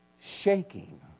shaking